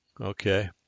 Okay